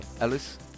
Alice